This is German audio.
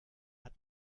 hat